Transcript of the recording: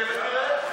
תחכה ותראה.